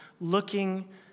looking